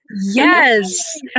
yes